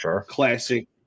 classic